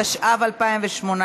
התשע"ו 2018,